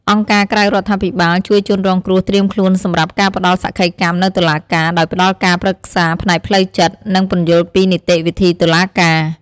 អង្គការក្រៅរដ្ឋាភិបាលជួយជនរងគ្រោះត្រៀមខ្លួនសម្រាប់ការផ្ដល់សក្ខីកម្មនៅតុលាការ ដោយផ្ដល់ការប្រឹក្សាផ្នែកផ្លូវចិត្ត និងពន្យល់ពីនីតិវិធីតុលាការ។